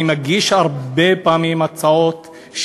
אני מגיש הרבה פעמים הצעות,